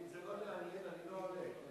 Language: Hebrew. אם זה לא מעניין אני לא עולה.